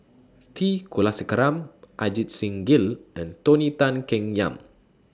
T Kulasekaram Ajit Singh Gill and Tony Tan Keng Yam